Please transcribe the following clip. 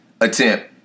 attempt